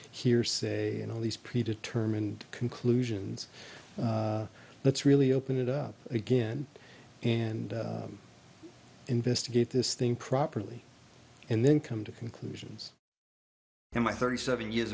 hearsay and all these pre determined conclusions let's really open it up again and investigate this thing properly and then come to conclusions in my thirty seven years